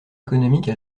économique